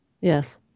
Yes